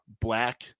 black